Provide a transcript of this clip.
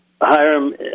Hiram